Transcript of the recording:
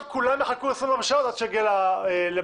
כולם יחכו 24 שעות עד שזה יגיע למליאה?